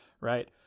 right